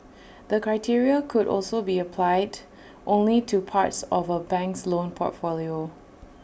the criteria could also be applied only to parts of A bank's loan portfolio